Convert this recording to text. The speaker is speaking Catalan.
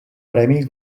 premi